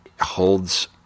holds